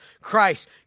Christ